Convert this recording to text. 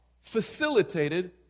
facilitated